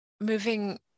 moving